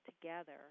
together